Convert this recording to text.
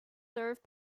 served